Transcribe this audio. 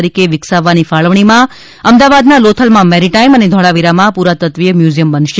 તરીકે વિકસાવવાની ફાળવણીમાં અમદાવાદના લોથલમાં મેરિટાઇમ અને ધોળાવીરા પુરાતત્વીય મ્યુઝિયમ બનશે